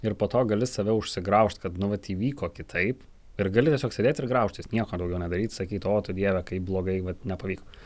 ir po to gali save užsigraužt kad nu vat įvyko kitaip ir gali tiesiog sėdėt ir graužtis nieko daugiau nedaryt sakyt o tu dieve kaip blogai vat nepavyko